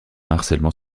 harcèlement